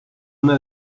una